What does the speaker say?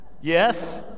Yes